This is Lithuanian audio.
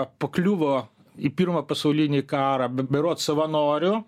pakliuvo į pirmą pasaulinį karą be berods savanoriu